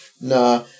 Nah